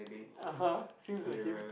(uh huh) seems like him